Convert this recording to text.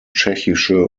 tschechische